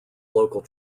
local